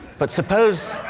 but suppose